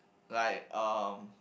like um